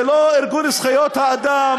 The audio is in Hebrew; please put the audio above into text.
זה לא ארגון זכויות האדם,